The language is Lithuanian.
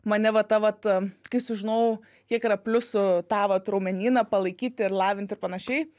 mane va ta vat kai sužinojau kiek yra pliusų tą vat raumenyną palaikyti ir lavinti ir panašiai